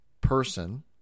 person